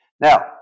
Now